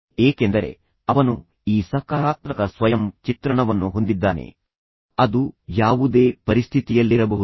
ಏಕೆಂದರೆ ಅವನು ಈ ಸಕಾರಾತ್ಮಕ ಸ್ವಯಂ ಚಿತ್ರಣವನ್ನು ಹೊಂದಿದ್ದಾನೆ ಅದು ಯಾವುದೇ ಪರಿಸ್ಥಿತಿಯಲ್ಲಿರಬಹುದು